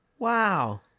Wow